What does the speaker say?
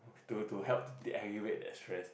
to to help alleviate that stress